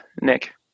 nick